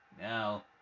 Now